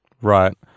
Right